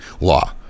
law